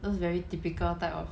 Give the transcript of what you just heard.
those very typical type of